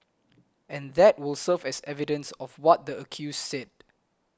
and that will serve as evidence of what the accused said